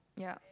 yup